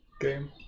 game